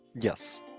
Yes